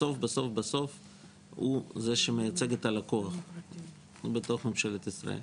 בסוף סוף הוא זה שמייצג את הלקוח בתוך ממשלת ישראל.